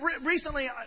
Recently